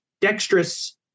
dexterous